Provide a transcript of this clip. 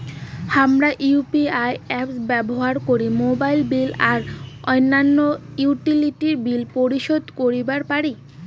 হামরা UPI apps ব্যবহার করি মোবাইল বিল আর অইন্যান্য ইউটিলিটি বিল পরিশোধ করিবা পারি